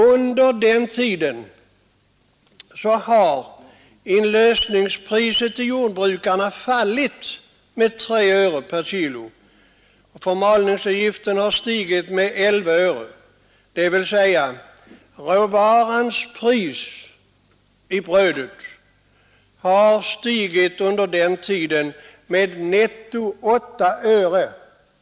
Under den tiden har inlösningspriset till jordbrukarna fallit med 3 öre per kilo, och förmalningsavgiften har stigit med 11 öre, dvs. råvarans pris i brödet har under samma tid stigit med netto 8 öre.